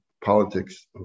politics